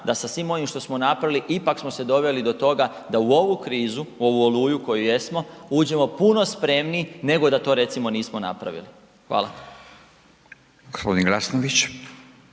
da sa svim onim što smo napravili ipak smo se doveli do toga da u ovu krizu, u ovu oluju u kojoj jesmo, uđemo puno spremniji nego da to recimo nismo napravili. Hvala.